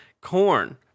corn